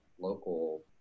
local